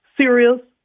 serious